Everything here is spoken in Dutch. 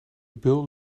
beul